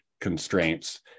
constraints